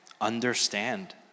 understand